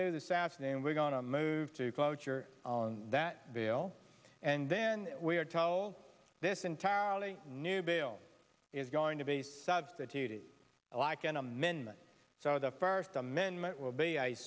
do this afternoon we're going to move to cloture on that bill and then we're told this entirely new bill is going to be substituted like an amendment so the first amendment will be i